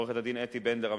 עורכת-הדין אתי בנדלר,